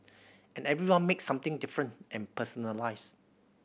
and everyone makes something different and personalised